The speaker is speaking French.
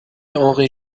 henri